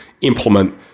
implement